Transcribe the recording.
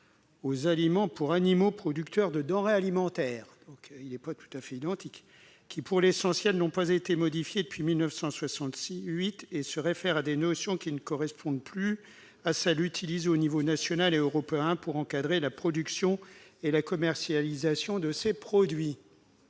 aux aliments pour animaux producteurs de denrées alimentaires, dispositions qui, pour l'essentiel, n'ont pas été modifiées depuis 1968 et se réfèrent à des notions qui ne correspondent plus à celles qui sont utilisées au niveau national et au niveau européen pour encadrer la production et la commercialisation de ces produits.